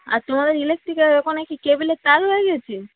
আর তোমাদের ইলেকট্রিকের ওখানে কি কেবিলের তার উড়ে গিয়েছে